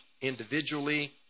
individually